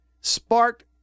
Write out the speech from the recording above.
sparked